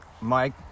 Mike